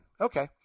Okay